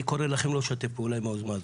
אני קורא לכם לא לשתף פעולה עם היוזמה הזו.